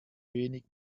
wenig